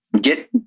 get